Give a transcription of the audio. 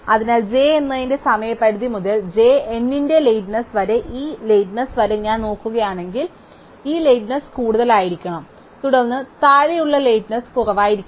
അതിനാൽ j എന്നതിന്റെ സമയപരിധി മുതൽ j n ന്റെ ലേറ്റ്നെസ് വരെ ഈ ലേറ്റ്നെസ് വരെ ഞാൻ നോക്കുകയാണെങ്കിൽ ഈ ലേറ്റ്നെസ് കൂടുതലായിരിക്കണം തുടർന്ന് താഴെയുള്ള ലേറ്റ്നെസ് കുറവായിരിക്കില്ല